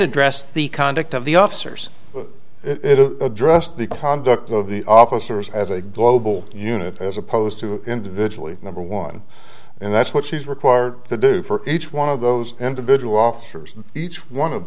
address the conduct of the officers but it is addressed the conduct of the officers as a global unit as opposed to individually number one and that's what she's required to do for each one of those individual officers each one of